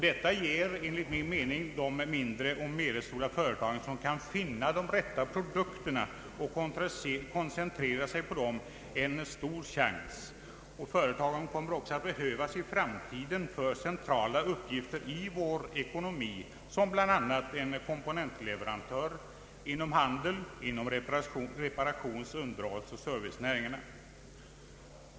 Detta ger enligt min mening mindre och medelstora företag som kan finna de rätta produkterna och koncentrera sig på dem en stor chans, och dessa företag kommer också att behövas i framtiden för centrala uppgifter i vår ekonomi, bl.a. såsom komponentleverantörer inom handeln, reparations-, underhållsoch servicenäringarna.